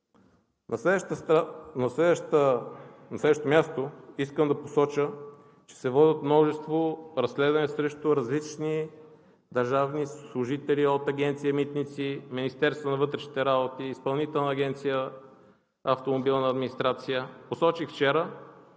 На следващо място, искам да посоча, че се водят множество разследвания срещу различни държавни служители от Агенция „Митници“, Министерството на вътрешните работи и Изпълнителната агенция „Автомобилна администрация“. Посочих вчера,